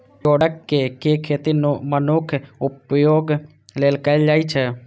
geoduck के खेती मनुक्खक उपभोग लेल कैल जाइ छै